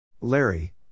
Larry